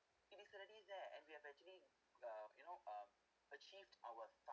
it is already there and we have actually uh you know uh achieved our tar~